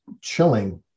chilling